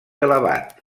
elevat